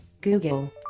Google